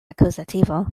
akuzativo